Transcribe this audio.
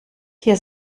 hier